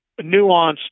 nuanced